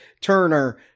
Turner